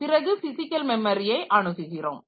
பிறகு பிசிக்கல் மெமரியை அணுகுகிறோம்